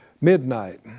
Midnight